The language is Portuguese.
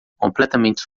completamente